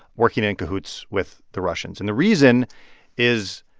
working in cahoots with the russians and the reason is,